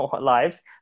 lives